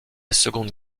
seconde